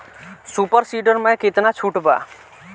Super seeder मै कितना छुट बा?